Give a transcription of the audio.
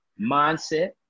mindset